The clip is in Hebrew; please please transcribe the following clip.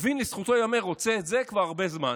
לוין, לזכותו ייאמר, רוצה את זה כבר הרבה זמן.